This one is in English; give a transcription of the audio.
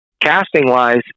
Casting-wise